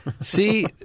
See